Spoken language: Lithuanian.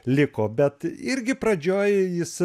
liko bet irgi pradžioj jis